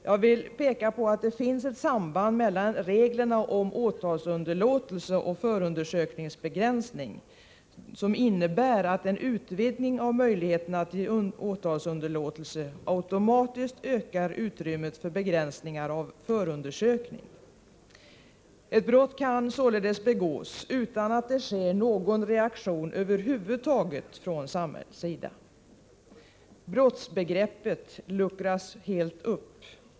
Jag vill peka på att det finns ett samband mellan reglerna om åtalsunderlåtelse och förundersökningsbegränsning. En utvidgning av möjligheterna till åtalsunderlåtelse ökar automatiskt utrymmet för begränsning av förundersökningarna. Ett brott kan således begås utan att det sker någon reaktion över huvud taget från samhällets sida. Brottsbegreppet luckras helt upp.